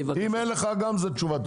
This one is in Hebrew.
אם אין לך תשובה זו גם תשובה טובה.